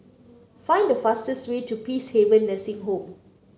find the fastest way to Peacehaven Nursing Home